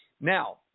Now